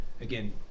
Again